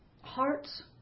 hearts